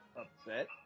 upset